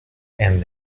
and